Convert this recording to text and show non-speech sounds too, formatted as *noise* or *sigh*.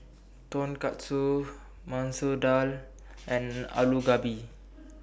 *noise* Tonkatsu Masoor Dal and Alu Gobi